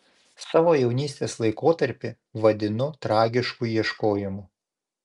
savo jaunystės laikotarpį vadinu tragišku ieškojimu